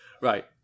Right